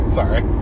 sorry